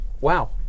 wow